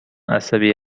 عصبی